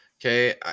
Okay